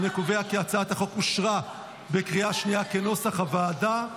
אני קובע כי הצעת החוק אושרה, כנוסח הוועדה,